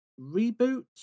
reboot